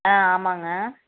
ஆ ஆமாம்ங்க